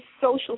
social